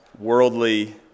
worldly